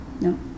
No